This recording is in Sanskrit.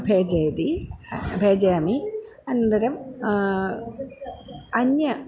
भेजयदि भेजयामि अनन्तरम् अन्यत्